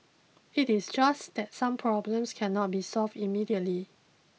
it is just that some problems cannot be solved immediately